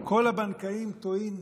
כל הבנקאים טועים?